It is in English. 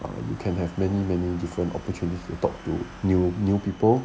you can have many many different opportunities you talk to new new people